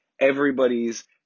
everybody's